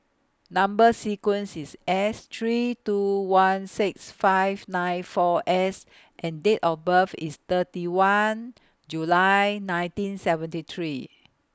Number sequence IS S three two one six five nine four S and Date of birth IS thirty one July nineteen seventy three